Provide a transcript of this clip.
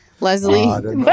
Leslie